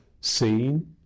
seen